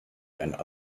and